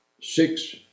six